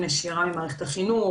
נשירה ממערכת החינוך,